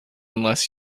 unless